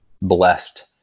blessed